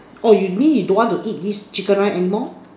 oh you mean you don't want to eat this chicken rice anymore